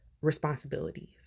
responsibilities